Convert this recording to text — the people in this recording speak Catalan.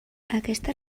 aquesta